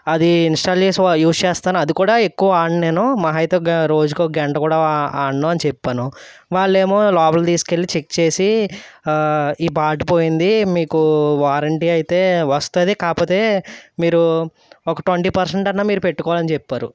అది ఇన్స్టాల్ చేసి యూజ్ చేస్తాను అది కూడా ఎక్కువ ఆడను నేను మహా అయితే రోజుకో గంట కూడా ఆడను అని చెప్పాను వాళ్ళు ఏమో లోపలికి తీసుకెళ్ళి చెక్ చేసి ఈ పార్ట్ పోయింది మీకూ వారంటీ అయితే వస్తుంది కాకపోతే మీరు మాకు ఒక ట్వంటీ పర్సెంట్ అన్నా మీరు పెట్టుకోవాలని చెప్పారు